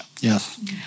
Yes